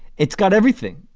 it's got everything.